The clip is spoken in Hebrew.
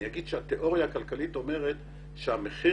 אני אומר שהתיאוריה הכלכלית אומרת שהמחיר